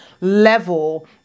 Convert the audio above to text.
level